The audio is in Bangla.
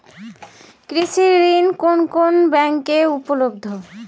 কৃষি ঋণ কোন কোন ব্যাংকে উপলব্ধ?